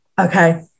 Okay